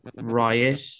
Riot